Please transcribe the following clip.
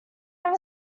have